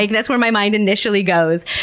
like that's where my mind initially goes.